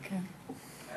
כן.